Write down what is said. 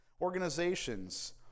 organizations—